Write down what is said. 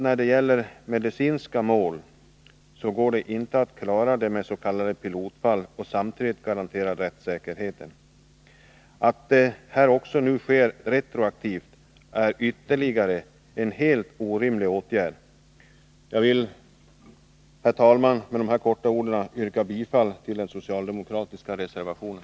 När det gäller medicinska mål kan man inte pröva bara s.k. pilotfall och samtidigt garantera rättssäkerheten. Att det här också sker retroaktivt är ännu en helt orimlig åtgärd. Herr talman! Med dessa få ord vill jag yrka bifall till den socialdemokratiska reservationen.